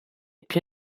più